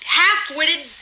half-witted